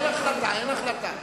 אין החלטה, אין החלטה.